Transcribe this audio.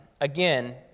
again